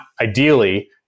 ideally